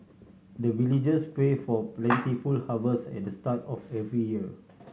the villagers pray for plentiful harvest at the start of every year